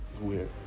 weird